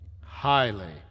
Highly